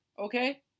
Okay